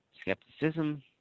Skepticism